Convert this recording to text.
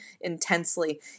intensely